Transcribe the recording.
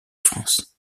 france